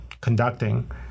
conducting